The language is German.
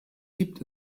gibt